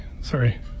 sorry